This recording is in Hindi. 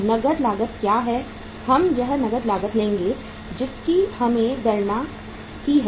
नकद लागत क्या है यहां हम नकद लागत लेंगे जिसकी हमने गणना की है